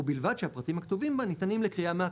ובלבד שהפרטים הכתובים בה ניתנים לקריאה מהקרקע.